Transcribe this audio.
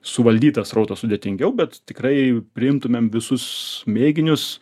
suvaldyt tą srautą sudėtingiau bet tikrai priimtumėm visus mėginius